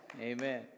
Amen